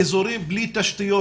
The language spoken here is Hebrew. אזורים בלי תשתיות,